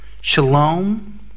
Shalom